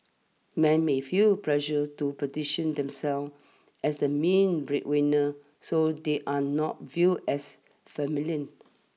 men may feel pressured to position themselves as the main breadwinner so they are not viewed as feminine